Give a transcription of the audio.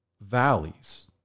valleys